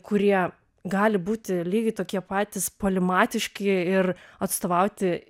kurie gali būti lygiai tokie patys polimatiški ir atstovauti